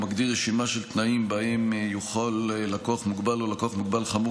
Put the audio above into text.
הוא מגדיר רשימה של תנאים שבהם יוכל לקוח מוגבל או לקוח מוגבל חמור